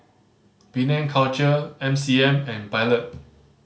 Penang Culture M C M and Pilot